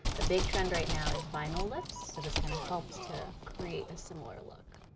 a big trend right now is vinyl lips, so this kind of helps to create a similar look.